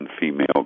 female